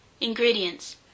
Ingredients